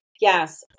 Yes